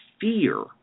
fear